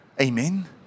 Amen